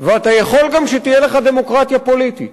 ואתה יכול גם שתהיה לך דמוקרטיה פוליטית,